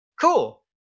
cool